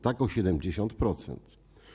Tak o 70%.